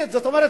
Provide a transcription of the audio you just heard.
זאת אומרת,